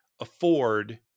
afford